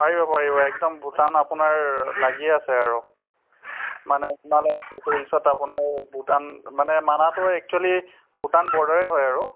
পাৰিব পাৰিব একদম ভূটান আপোনাৰ লাগিয়ে আছে আৰু মানে হিমালয়াৰ ফুটহিলছত আপোনাৰ ভূটান মানে মানাহটো একচুৱেলী ভূটান ব'ৰ্ডাৰে হয় আৰু